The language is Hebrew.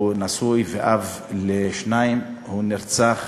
נשוי ואב לשניים, הוא נרצח